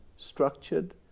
Structured